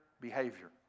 behavior